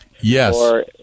Yes